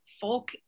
folk